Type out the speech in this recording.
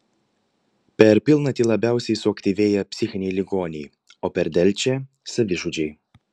per pilnatį labiausiai suaktyvėja psichiniai ligoniai o per delčią savižudžiai